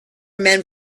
men